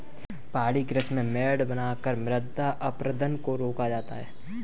पहाड़ी कृषि में मेड़ बनाकर मृदा अपरदन को रोका जाता है